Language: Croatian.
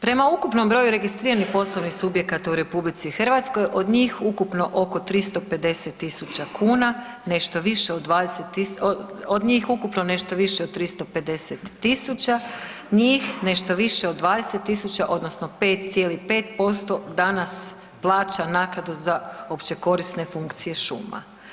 Prema ukupnom broju registriranih poslovnih subjekata u RH od njih ukupno oko 350.000 kuna nešto i više od 20.000, od njih nešto više od 350.000 njih nešto više od 20.000 odnosno 5,5% danas plaća naknadu za općekorisne funkcije šuma.